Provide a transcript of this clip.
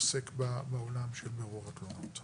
שעוסק בעולם של בירור התלונות.